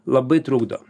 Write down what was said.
labai trukdo